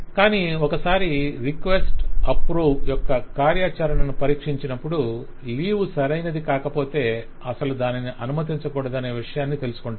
కానీ ఒకసారి request approve request approve యొక్క కార్యాచరణను పరీక్షించినప్పుడు లీవ్ సరైనది కాకపోతే అసలు దానిని అనుమతించ కూడదనే విషయాన్ని తెలుసుకొంటాం